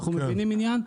אנחנו מבינים עניין,